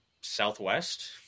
Southwest